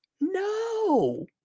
no